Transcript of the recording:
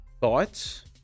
Thoughts